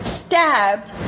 stabbed